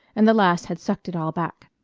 and the last had sucked it all back.